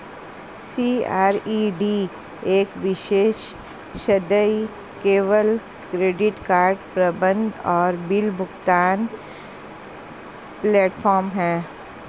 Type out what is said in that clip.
CRED एक विशेष सदस्य केवल क्रेडिट कार्ड प्रबंधन और बिल भुगतान प्लेटफ़ॉर्म है